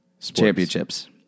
championships